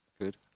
Good